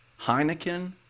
Heineken